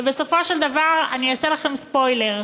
ובסופו של דבר, אני אעשה לכם ספוילר,